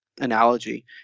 analogy